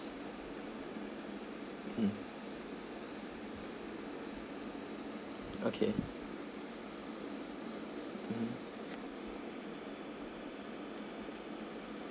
mm okay mmhmm